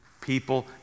people